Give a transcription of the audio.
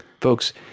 Folks